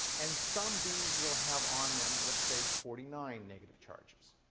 and some beads will have on them, let's say, forty nine negative charges.